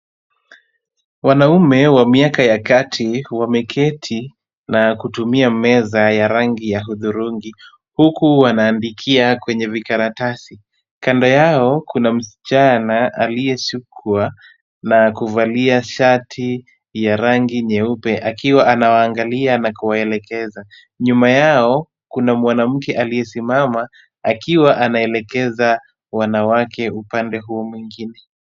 Wanaume wa miaka ya kati wameketi na kutumia meza ya rangi ya hudhurungi huku wanaandikia kwenye vikaratasi. Kando yao kuna msichana aliyesukwa na kuvalia shati ya rangi nyeupe akiwa anawaangalia na kuwaelekeza. Nyuma yao kuna mwanamke aliyesimama akiwa anaelekeza wanawake upande huo mwingine.